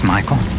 Michael